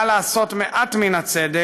לכן, החוק הזה נועד לעשות מעט מן הצדק